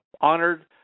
honored